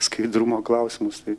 skaidrumo klausimus tai